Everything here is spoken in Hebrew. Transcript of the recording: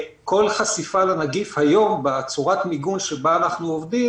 כל חשיפה לנגיף היום בצורת המיגון שבה אנחנו עובדים